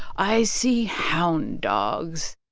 i see hound dogs